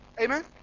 Amen